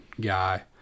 guy